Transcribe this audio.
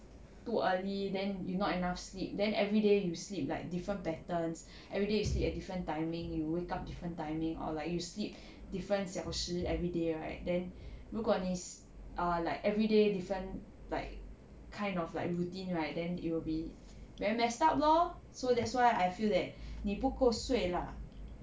too early then you not enough sleep then everyday you sleep like different patterns everyday you sleep at different timing you wake up different timing or like you sleep different 小时 everyday right then 如果你 s~ err like everyday different like kind of like routine right then it will be very messed up lor so that's why I feel that 你不够睡 lah